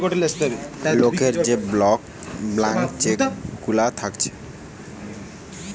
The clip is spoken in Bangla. লোকের যে ব্ল্যান্ক চেক গুলা থাকছে